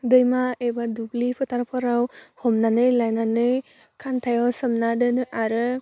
दैमा एबा दुब्लि फोथारफोराव हमनानै लानानै खान्थायाव सोमना दोनो आरो